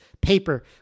paper